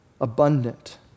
abundant